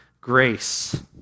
grace